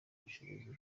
ubushobozi